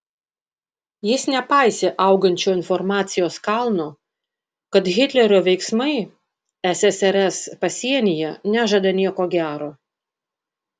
jis nepaisė augančio informacijos kalno kad hitlerio veiksmai ssrs pasienyje nežada nieko gero